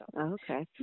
Okay